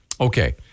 okay